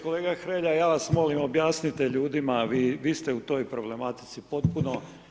Kolega Hrelja, ja vas molim objasnite ljudima, vi ste u toj problematici potpuno.